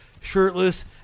shirtless